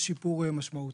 יש שיפור משמעותי,